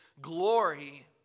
glory